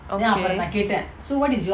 okay